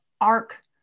arc